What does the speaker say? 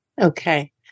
Okay